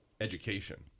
education